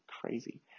crazy